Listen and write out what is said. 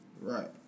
Right